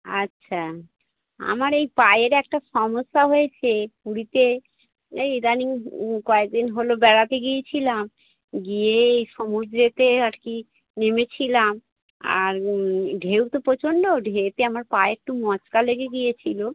আচ্ছা আমার এই পায়ের একটা সমস্যা হয়েছে পুরীতে এই ইদানীং কয়েক দিন হলো বেড়াতে গিয়েছিলাম গিয়েই সমুদ্রেতে আর কি নেমেছিলাম আর ঢেউ তো প্রচণ্ড ঢেউতে আমার পায়ে একটু মচকা লেগে গিয়েছিলো